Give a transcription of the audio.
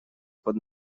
под